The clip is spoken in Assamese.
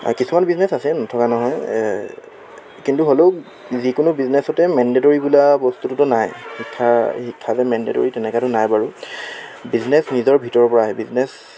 কিছুমান বিজনেছ আছে নথকা নহয় কিন্তু হ'লেও যিকোনো বিজনেচতে মেণ্ডেটৰী বোলা বস্তুটোতো নাই শিক্ষা শিক্ষা যে মেণ্ডেটৰী তেনেকোৱাটো নাই বাৰু বিজনেছ নিজৰ ভিতৰৰ পৰা আহে বিজনেছ